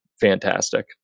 fantastic